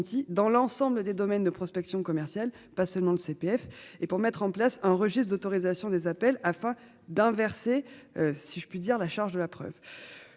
dans l'ensemble des domaines de prospection commerciale, pas seulement le CPF. Et pour mettre en place un registre d'autorisation des appels afin d'inverser. Si je puis dire, la charge de la preuve.